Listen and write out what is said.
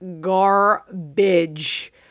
garbage